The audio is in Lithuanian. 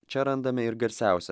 čia randame ir garsiausią